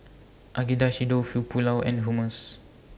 Agedashi Dofu Pulao and Hummus